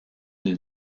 den